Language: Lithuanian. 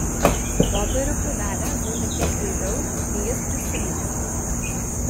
popierių krūvelė guli kiek kreiviau nei jis prisiminė